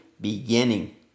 beginning